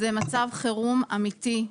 זה מצב חירום אמיתי.